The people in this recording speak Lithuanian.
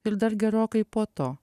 ir dar gerokai po to